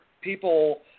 people